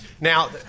Now